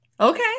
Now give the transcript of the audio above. Okay